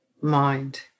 mind